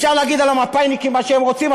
אפשר להגיד על המפא"יניקים מה שרוצים,